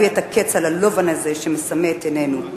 את הקץ על הלובן הזה שמסמא את עינינו,